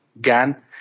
GAN